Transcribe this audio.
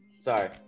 Sorry